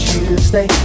Tuesday